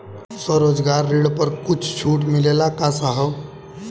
स्वरोजगार ऋण पर कुछ छूट मिलेला का साहब?